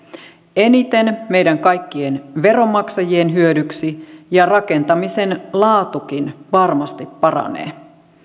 eniten meidän kaikkien veronmaksajien hyödyksi ja rakentamisen laatukin varmasti paranee